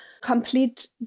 Complete